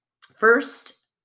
First